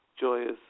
joyous